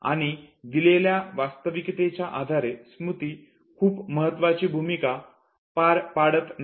आणि दिलेल्या वास्तविकतेच्या आधारे स्मृती खूप महत्वाची भूमिका पार पाडत नाही का